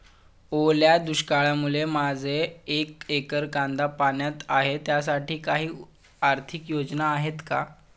ओल्या दुष्काळामुळे माझे एक एकर कांदा पाण्यात आहे त्यासाठी काही आर्थिक योजना आहेत का?